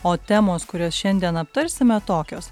o temos kurias šiandien aptarsime tokios